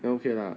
then okay lah